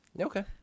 Okay